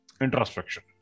Introspection